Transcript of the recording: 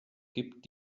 gibt